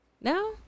No